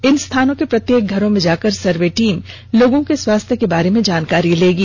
इन स्थानों के प्रत्येक घरों में जाकर सर्वे टीम लोगों के स्वास्थ्य के बारे में जानकारी लेगी